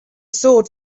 sword